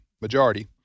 majority